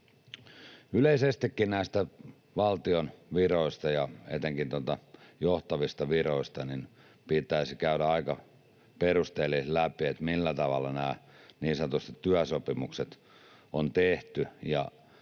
näistä valtion viroista ja etenkin johtavista viroista pitäisi käydä aika perusteellisesti läpi, millä tavalla nämä niin sanotusti